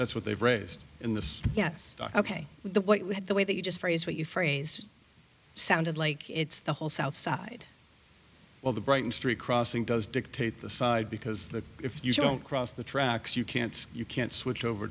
that's what they've raised in this yes ok with what we had the way that you just phrase what you phrase sounded like it's the whole south side well the brighton street crossing does dictate the side because if you don't cross the tracks you can't you can't switch over